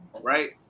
right